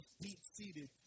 deep-seated